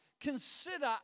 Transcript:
consider